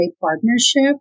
partnership